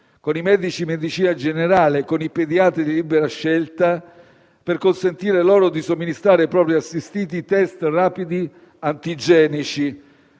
con i medici di medicina generale e con i pediatri di libera scelta, per consentire loro di somministrare ai propri assistiti test rapidi antigenici,